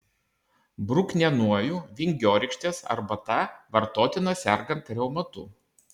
bruknienojų vingiorykštės arbata vartotina sergant reumatu